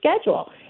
schedule